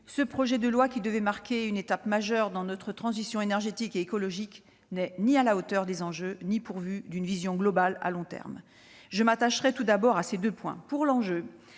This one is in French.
ce projet de loi qui devait marquer une étape majeure dans notre transition énergétique et écologique n'est ni à la hauteur des enjeux ni pourvu d'une vision globale à long terme. Je m'attacherai à vous le démontrer. Pour ce qui